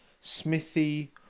Smithy